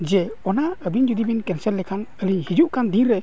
ᱡᱮ ᱚᱱᱟ ᱟᱵᱤᱱ ᱡᱩᱫᱤᱵᱤᱱ ᱞᱮᱠᱷᱟᱱ ᱟᱞᱤᱧ ᱦᱤᱡᱩᱜ ᱠᱟᱱ ᱫᱤᱱᱨᱮ